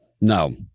No